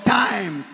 time